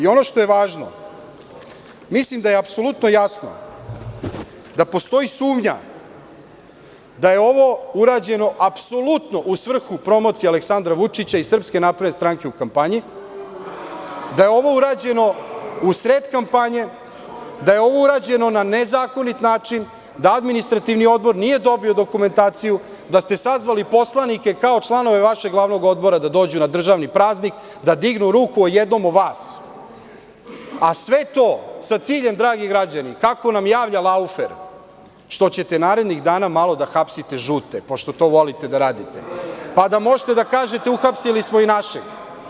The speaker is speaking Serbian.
Ono što je važno, mislim da je apsolutno jasno da postoji sumnja da je ovo urađeno apsolutno u svrhu promocije Aleksandra Vučića i SNS u kampanji, da je ovo urađeno u sred kampanje, da je ovo urađeno na nezakonit način, da Administrativni odbor nije dobio dokumentaciju, da ste sazvali poslanike kao članove vašeg glavnog Odbora da dođu na državni praznik, da dignu ruku o jednom od vas, a sve to sa ciljem, dragi građani, kako nam javlja Laufer, što ćete narednih dana malo da hapsite žute, pošto to volite da radite, pa da možete da kažete – uhapsili smo i naše.